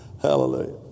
Hallelujah